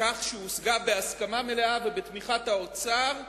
לכך שהושג בהסכמה מלאה ובתמיכת האוצר.